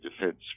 defense